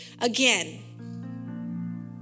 again